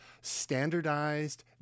standardized